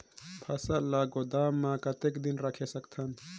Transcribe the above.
फसल ला गोदाम मां कतेक दिन रखे सकथन?